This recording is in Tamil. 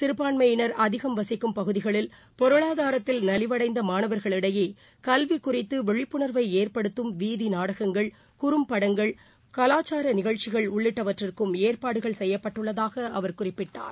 சிறுபான்மையினர் வசிக்கும் பகுதிகளில் பொருளாதாரத்தில் அதிகம் நலிவடைந்தமாணவர்களிடையேகல்விகுறிததுவிழிப்புணர்வைஏற்படுத்தும் வீதிநாடகங்கள் குறும்படங்கள் கலாச்சாரநிகழ்ச்சிகள் உள்ளிட்டவற்றிக்கும் ஏற்பாடுகள் செய்யப்பட்டுள்ளதாகஅவர் குறிப்பிட்டார்